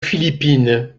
philippines